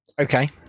Okay